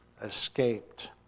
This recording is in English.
escaped